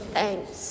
Thanks